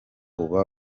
uba